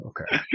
Okay